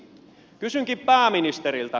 kysynkin pääministeriltä